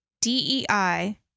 DEI